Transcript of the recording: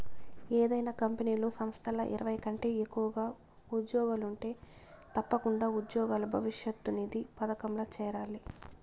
ఏదైనా కంపెనీలు, సంస్థల్ల ఇరవై కంటే ఎక్కువగా ఉజ్జోగులుంటే తప్పకుండా ఉజ్జోగుల భవిష్యతు నిధి పదకంల చేరాలి